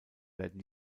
werden